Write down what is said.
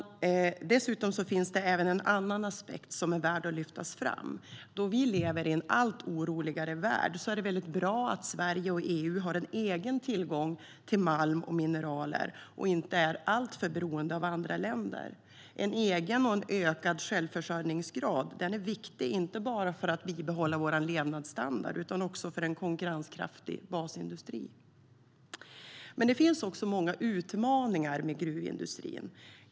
Det finns även en annan aspekt som är värd att lyftas fram. Då vi lever i en allt oroligare värld är det väldigt bra att Sverige och EU har en egen tillgång till malm och mineraler och inte är alltför beroende av andra länder. En egen och ökad självförsörjningsgrad är viktig inte bara för att bibehålla vår levnadsstandard utan också för en konkurrenskraftig basindustri. Men det finns också många utmaningar med gruvindustrin.